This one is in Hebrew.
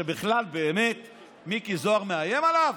שבכלל באמת מיקי זוהר מאיים עליו?